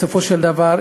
בסופו של דבר,